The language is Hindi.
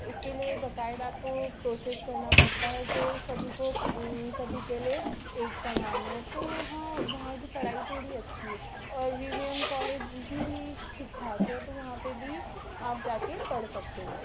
उसके लिए बकायदा आपको प्रोसेस करना पड़ता है जो सभी को सभी के लिए एक समान है तो हाँ वहाँ की पढ़ाई थोड़ी अच्छी है और विवियम कॉलेज भी ठीक ठाक है तो वहाँ पर भी आप जा कर पढ़ सकते हैं